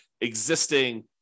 existing